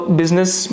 business